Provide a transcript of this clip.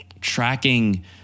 Tracking